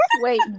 Wait